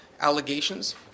allegations